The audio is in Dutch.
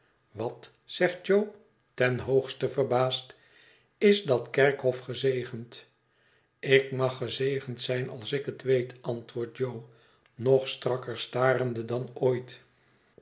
wat zegt jo ten hoogste verbaasd is dat kerkhof gezegend ik mag gezegend zijn als ik hét weet antwoordt jo nog strakker starende dan ooit